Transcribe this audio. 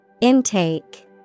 Intake